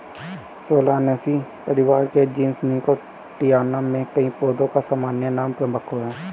Solanaceae परिवार के genus Nicotiana में कई पौधों का सामान्य नाम तंबाकू है